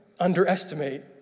underestimate